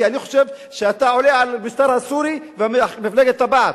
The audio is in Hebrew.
כי אני חושב שאתה עולה על המשטר הסורי ומפלגת הבעת'